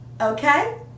okay